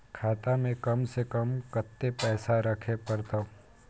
खाता में कम से कम कत्ते पैसा रखे परतै?